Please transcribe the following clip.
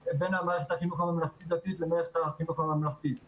מערכת החינוך הממלכתי דתי לבין מערכת החינוך הממלכתית אלא,